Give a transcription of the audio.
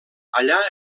allà